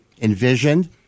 envisioned